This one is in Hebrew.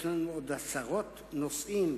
יש עוד עשרות נושאים